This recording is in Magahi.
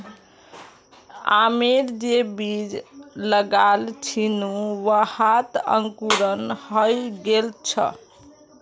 आमेर जे बीज लगाल छिनु वहात अंकुरण हइ गेल छ